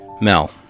Mel